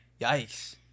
Yikes